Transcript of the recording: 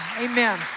Amen